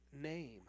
name